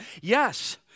yes